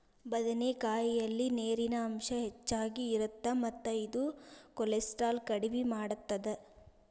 ಬದನೆಕಾಯಲ್ಲಿ ನೇರಿನ ಅಂಶ ಹೆಚ್ಚಗಿ ಇರುತ್ತ ಮತ್ತ ಇದು ಕೋಲೆಸ್ಟ್ರಾಲ್ ಕಡಿಮಿ ಮಾಡತ್ತದ